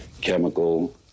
chemical